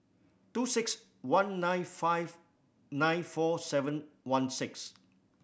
two six one nine five nine four seven one six